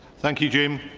thank you, jim.